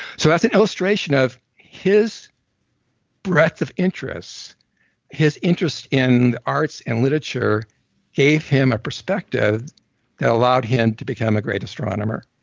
so as an illustration of his breath of interest his interest in the arts and literature gave him a perspective that allowed him to become a great astronomer.